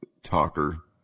talker